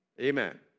Amen